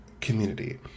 community